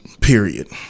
period